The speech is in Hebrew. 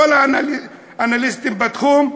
לפי כל האנליסטים בתחום,